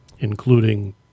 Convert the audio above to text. including